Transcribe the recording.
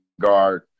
guard